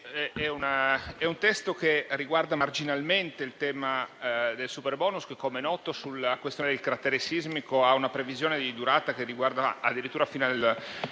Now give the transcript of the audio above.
Grazie